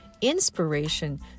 inspiration